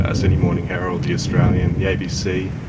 ah sydney morning herald, the australian, the abc.